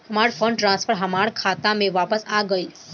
हमार fund transfer हमार खाता में वापस आ गइल